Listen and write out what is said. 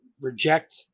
reject